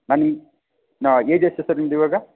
ನಾನು ನಿಮ್ಮ ಏಜ್ ಎಷ್ಟು ಸರ್ ನಿಮ್ದು ಇವಾಗ